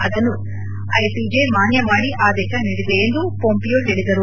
ಅದನ್ನು ಐಸಿಜೆ ಮಾನ್ಯ ಮಾಡಿ ಆದೇಶ ನೀಡಿದೆ ಎಂದು ಪೋಂಪಿಯೊ ಹೇಳಿದರು